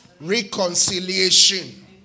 Reconciliation